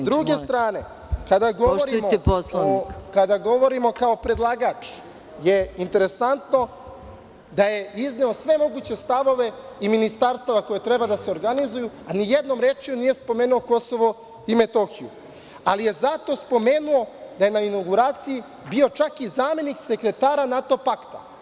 S druge strane, kada govori kao predlagač, interesantno je da je izneo sve moguće stavove i ministarstava koja treba da se organizuju, a ni jednom rečju nije spomenuo KiM, ali je zato spomenuo da je na inauguraciji bio čak i zamenik sekretara NATO pakta.